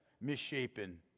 misshapen